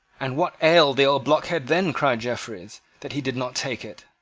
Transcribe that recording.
and what ailed the old blockhead then, cried jeffreys, that he did not take it?